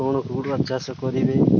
କ'ଣ ଚାଷ କରିବେ